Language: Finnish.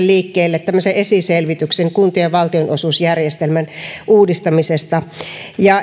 liikkeelle esiselvityksen kuntien valtionosuusjärjestelmän uudistamisesta ja